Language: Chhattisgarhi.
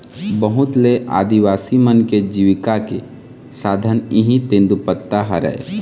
बहुत ले आदिवासी मन के जिविका के साधन इहीं तेंदूपत्ता हरय